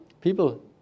people